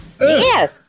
Yes